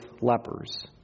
lepers